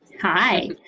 Hi